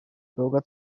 bürger